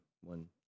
one